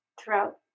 throughout